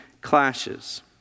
clashes